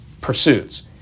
pursuits